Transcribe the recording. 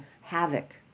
havoc